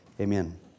Amen